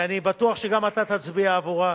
ואני בטוח שגם אתה תצביע עבורה,